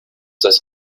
das